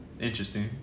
interesting